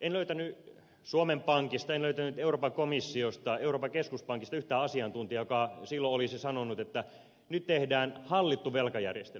en löytänyt suomen pankista en löytänyt euroopan komissiosta euroopan keskuspankista yhtään asiantuntijaa joka silloin olisi sanonut että nyt tehdään hallittu velkajärjestely